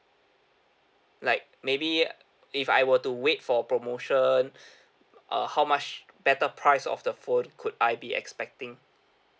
like maybe if I were to wait for promotion uh how much better price of the phone could I be expecting